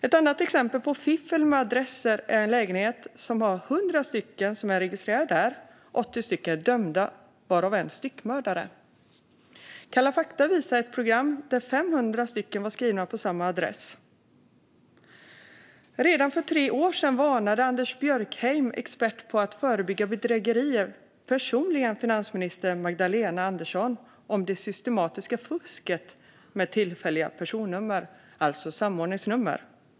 Ett annat exempel på fiffel med adresser är en lägenhet där 100 personer är registrerade. 80 av dem är dömda, varav en styckmördare. Kalla fakta visade också i ett program att 500 personer varit skrivna på en och samma adress. Redan för tre år sedan varnade Anders Björkenheim, expert på att förebygga bedrägerier, personligen finansminister Magdalena Andersson för det systematiska fusket med tillfälliga personnummer, alltså samordningsnummer.